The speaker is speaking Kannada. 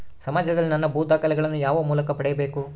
ಸಮಾಜದಲ್ಲಿ ನನ್ನ ಭೂ ದಾಖಲೆಗಳನ್ನು ಯಾವ ಮೂಲಕ ಪಡೆಯಬೇಕು?